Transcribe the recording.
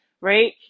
right